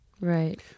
Right